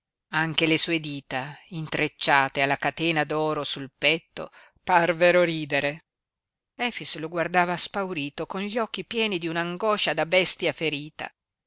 anche le sue dita intrecciate alla catena d'oro sul petto parvero ridere efix lo guardava spaurito con gli occhi pieni di una angoscia da bestia ferita